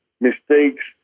mistakes